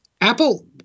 Apple